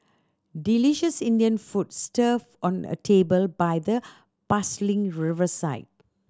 delicious Indian food on a table by the bustling riverside